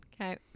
Okay